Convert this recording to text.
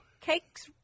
Cakes